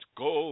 go